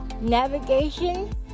navigation